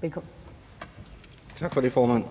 Velkommen. Kl. 13:43 Forhandling